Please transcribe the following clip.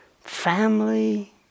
family